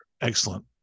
Excellent